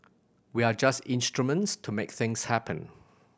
we are just instruments to make things happen